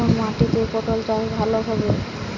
কোন মাটিতে পটল চাষ ভালো হবে?